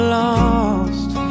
lost